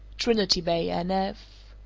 trinity bay, n f.